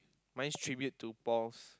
mine's tribute to Paul